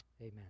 amen